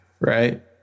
Right